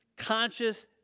Conscious